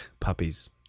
puppies